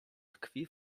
tkwi